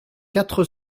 quatre